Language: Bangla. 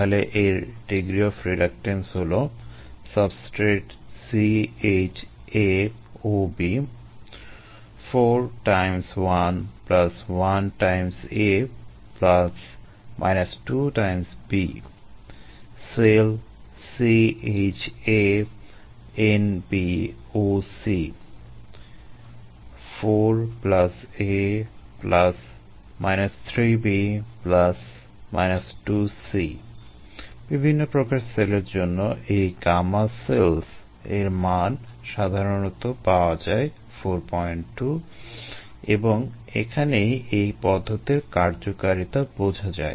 তাহলে এর ডিগ্রি অফ রিডাকটেন্স হলো সাবস্ট্রেট সেল বিভিন্ন প্রকার সেলের জন্য এই Γcells এর মান সাধারণত পাওয়া যায় 42 এবং এখানেই এই পদ্ধতির কার্যকারিতা বোঝা যায়